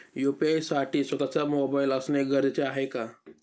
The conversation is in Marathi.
यू.पी.आय साठी स्वत:चा मोबाईल असणे गरजेचे आहे का?